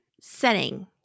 Setting